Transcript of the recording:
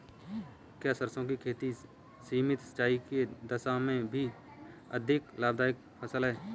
क्या सरसों की खेती सीमित सिंचाई की दशा में भी अधिक लाभदायक फसल है?